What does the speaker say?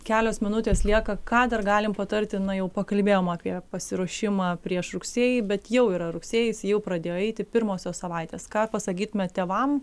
kelios minutės lieka ką dar galim patarti na jau pakalbėjom apie pasiruošimą prieš rugsėjį bet jau yra rugsėjis jau pradėjo eiti pirmosios savaitės ką pasakytumėt tėvam